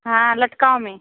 हाँ लटकाव में